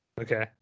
Okay